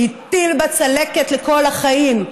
שהותיר בה צלקת לכל החיים,